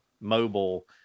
mobile